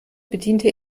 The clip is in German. bediente